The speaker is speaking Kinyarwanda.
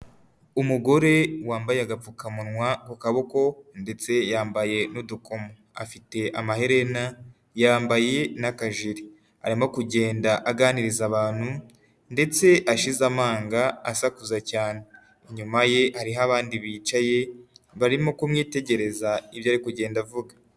Umugore wambaye agapfukamunwa ku kaboko ndetse yambaye n'udukomo, afite amaherena yambaye n'akajiri, arimo kugenda aganiriza abantu ndetse ashize amanga asakuza cyane, inyuma ye hariho abandi bicaye, barimo kumwitegereza ibyo ari kugenda avuga.